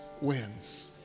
Wins